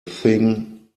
thing